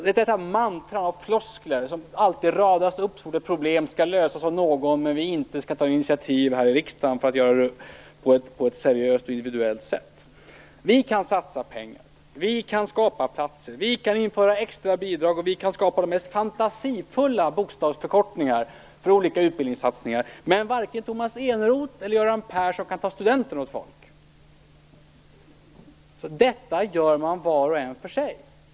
Detta mantra av floskler radas alltid upp så fort ett problem skall lösas av någon utan att vi skall ta initiativ här i riksdagen för att göra det på ett seriöst och individuellt sätt. Vi kan satsa pengar. Vi kan skapa platser. Vi kan införa extra bidrag, och vi kan skapa de mest fantasifulla bokstavsförkortningar för olika utbildningssatsningar, men varken Tomas Eneroth eller Göran Persson kan ta studenten åt folk. Detta gör man var och en för sig.